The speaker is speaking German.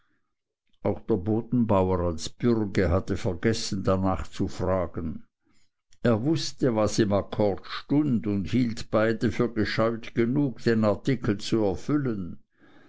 auch der bodenbauer als bürge hatte vergessen dar nach zu fragen er wußte was im akkord stund und hielt beide für gescheut genug den artikel zu erfüllen